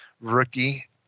rookie